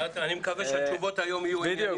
אני מקווה שהתשובות היום יהיו --- בדיוק.